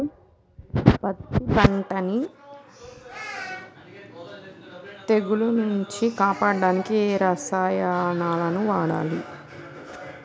పత్తి పంటని తెగుల నుంచి కాపాడడానికి ఏ రసాయనాలను వాడాలి?